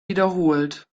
wiederholt